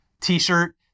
t-shirt